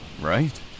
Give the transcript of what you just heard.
right